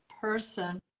person